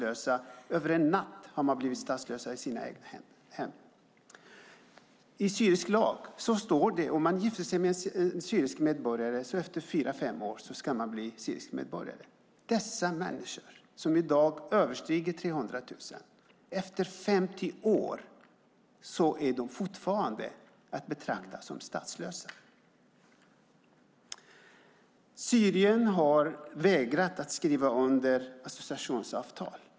Över en natt blev de statslösa i sina egna hem. I syrisk lag står det att den som gifter sig med en syrisk medborgare ska bli syrisk medborgare efter fyra fem år. Dessa människor, som i dag är fler än 300 000, är fortfarande efter 50 år att betrakta som statslösa. Syrien har vägrat att skriva under associationsavtalet.